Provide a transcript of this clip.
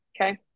Okay